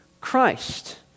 Christ